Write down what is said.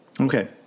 Okay